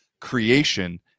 creation